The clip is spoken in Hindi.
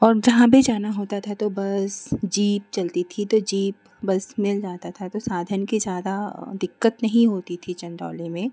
और जहाँ भी जाना होता था तो बस जीप चलती थी तो जीप बस मिल जाती थी तो साधन की ज़्यादा दिक्कत नहीं होती थी चन्दौली में